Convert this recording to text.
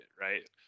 Right